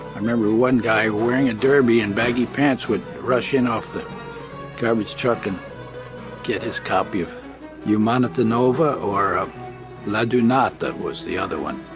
i remember one guy, wearing a derby and baggy pants, would rush in off garbage truck and get his copy of umanita nova or l'adunata was the other one